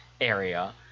area